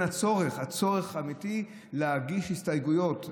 לבין הצורך האמיתי להגיש הסתייגויות.